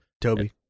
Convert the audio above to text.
Toby